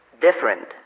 different